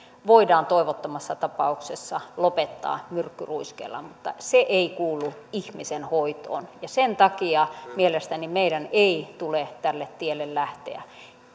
voidaan toivottomassa tapauksessa lopettaa myrkkyruiskeella mutta se ei kuulu ihmisen hoitoon sen takia mielestäni meidän ei tule tälle tielle lähteä